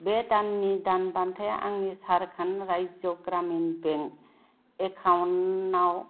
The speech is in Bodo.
बे दाननि दान बान्थाया आंनि झारखन्ड राज्य ग्रामिन बेंक एकाउन्टयाव